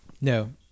No